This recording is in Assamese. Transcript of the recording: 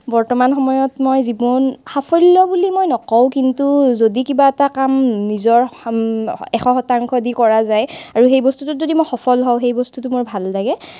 বৰ্তমান সময়ত মই জীৱন সাফল্য বুলি মই নকওঁ কিন্তু যদি কিবা এটা কাম নিজৰ এশ শতাংশ দি কৰা যায় আৰু সেই বস্তুটোত যদি মই সফল হওঁ সেই বস্তুটো মোৰ ভাল লাগে